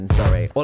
sorry